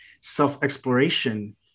self-exploration